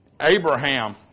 Abraham